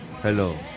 Hello